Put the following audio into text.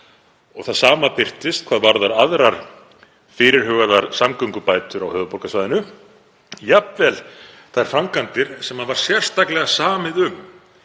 Það sama birtist hvað varðar aðrar fyrirhugaðar samgöngubætur á höfuðborgarsvæðinu, jafnvel þær framkvæmdir sem var sérstaklega samið um